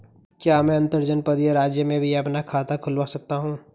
क्या मैं अंतर्जनपदीय राज्य में भी अपना खाता खुलवा सकता हूँ?